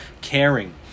caring